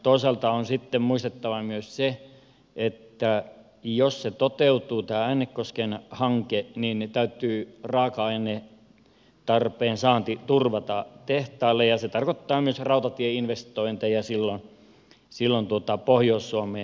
toisaalta on sitten muistettava myös se että jos tämä äänekosken hanke toteutuu niin täytyy raaka ainetarpeen saanti turvata tehtaalle ja se tarkoittaa silloin myös rautatieinvestointeja pohjois suomeen päin